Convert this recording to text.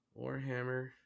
warhammer